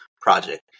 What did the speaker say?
project